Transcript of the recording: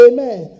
Amen